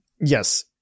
yes